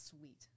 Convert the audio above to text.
sweet